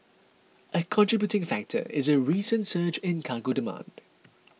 a contributing factor is a recent surge in cargo demand